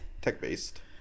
tech-based